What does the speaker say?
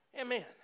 Amen